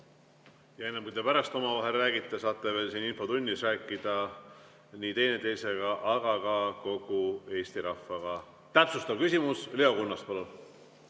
Enne, kui te pärast omavahel räägite, saate veel siin infotunnis rääkida nii teineteisega kui ka kogu Eesti rahvaga. Täpsustav küsimus. Leo Kunnas, palun!